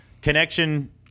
connection